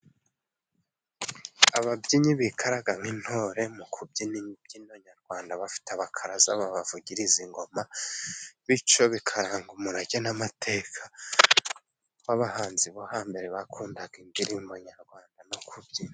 Ababyinnyi bikaraga nk'intore mu kubyina imbyino nyarwanda, bafite abakaraza babavugiriza ingoma bityo bikaranga umurage n'amateka w'abahanzi bo hambere bakundaga indirimbo nyarwanda no kubyina.